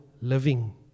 living